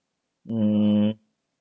hmm